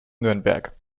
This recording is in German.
nürnberg